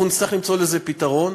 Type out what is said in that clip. אנחנו נצטרך למצוא לזה פתרון,